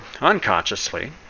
unconsciously